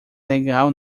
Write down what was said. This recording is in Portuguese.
legal